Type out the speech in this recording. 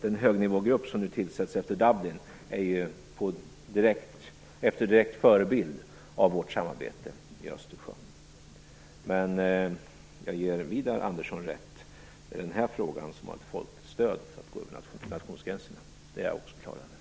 Den högnivågrupp som nu tillsätts efter Dublin är skapad efter direkt förebild av vårt samarbete i Östersjön. Men jag ger Widar Andersson rätt. Det är den här frågan som har ett folkligt stöd för att gå över nationsgränserna. Det är jag också klar över.